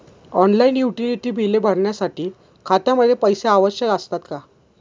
Online utility बिले भरण्यासाठी खात्यामध्ये पैसे आवश्यक असतात का?